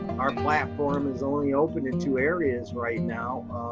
our platform is only open in two areas right now,